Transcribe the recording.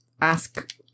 ask